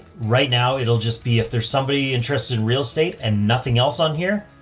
right now it'll just be, if there's somebody interested in real estate and nothing else on here,